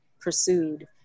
pursued